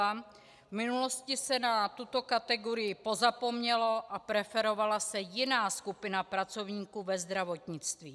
V minulosti se na tuto kategorii pozapomnělo a preferovala se jiná skupina pracovníků ve zdravotnictví.